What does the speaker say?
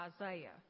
Isaiah